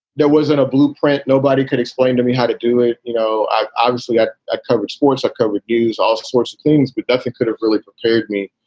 there wasn't a blueprint. nobody could explain to me how to do it. you know, i obviously got a coverage sports. i covered news, all sorts of things. but nothing could have really prepared me.